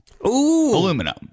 aluminum